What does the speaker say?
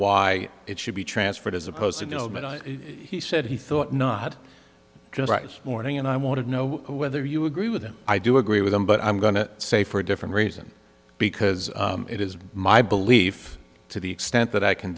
why it should be transferred as opposed to he said he thought not just right morning and i want to know whether you agree with him i do agree with him but i'm going to say for a different reason because it is my belief to the extent that i can